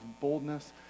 boldness